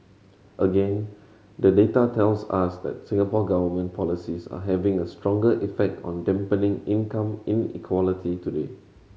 again the data tells us that Singapore Government policies are having a stronger effect on dampening income inequality today